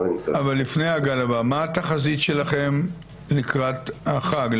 לפני הגל הבא, מה התחזית שלכם לקראת החג?